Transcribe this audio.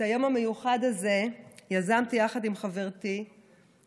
את היום המיוחד הזה יזמתי יחד עם חברתי יושבת-ראש